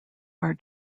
are